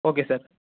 okay sir